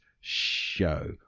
show